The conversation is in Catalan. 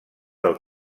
del